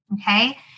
Okay